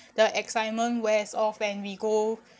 the excitement wears off when we go